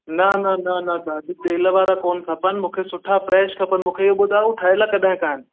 न न न न दादी तेल वारा कोन खपनि मूंखे सुठा फ़्रेश खपनि मूंखे इहो ॿुधायो ठहियल कॾहिं खां आहिनि